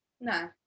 No